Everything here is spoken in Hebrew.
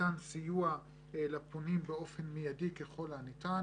מתן סיוע לפונים באופן מיידי ככל הניתן